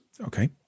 Okay